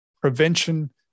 prevention